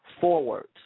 forward